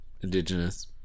Indigenous